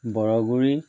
Borguri